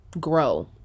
grow